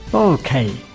ok,